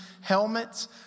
helmets